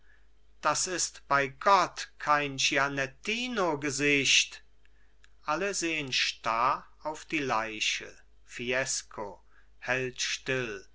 das ist bei gott kein gianettinogesicht alle sehen starr auf die leiche fiesco hält still